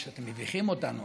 אתם מביכים אותנו,